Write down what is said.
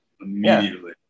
immediately